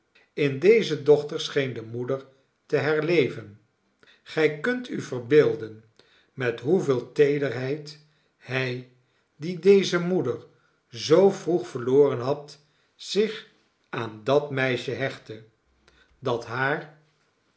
in deze dochter scheen de moeder te herleven gij kunt u verbeelden met hoeveel teederheid hij die deze moeder zoo vroeg verloren had zich aan dat meisje hechtte dat haar